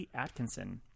Atkinson